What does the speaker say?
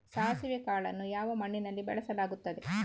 ಸಾಸಿವೆ ಕಾಳನ್ನು ಯಾವ ಮಣ್ಣಿನಲ್ಲಿ ಬೆಳೆಸಲಾಗುತ್ತದೆ?